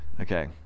okay